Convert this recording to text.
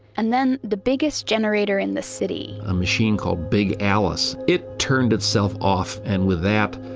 and then the biggest generator in the city, a machine called big alice. it turned itself off. and with that,